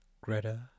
Greta